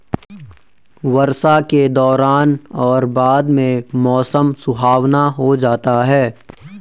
वर्षा के दौरान और बाद में मौसम सुहावना हो जाता है